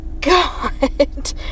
God